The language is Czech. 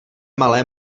malé